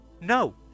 No